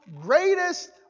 greatest